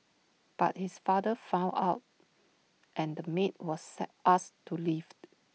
but his father found out and the maid was set asked to leave